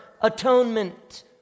atonement